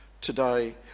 today